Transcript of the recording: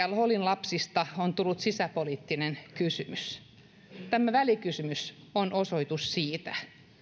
al holin lapsista on tullut sisäpoliittinen kysymys tämä välikysymys on osoitus siitä